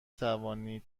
توانید